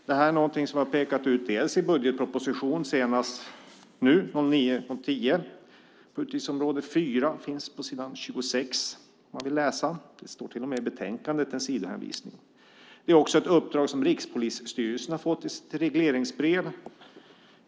Det här är någonting som vi har pekat ut i budgetpropositionen nu senast 2009/10. Det finns på s. 26 under utgiftsområde 4 om man vill läsa om det. Det finns till och med en sidhänvisning i betänkandet. Det finns också ett uppdrag som Rikspolisstyrelsen har fått i ett regleringsbrev.